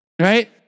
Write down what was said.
right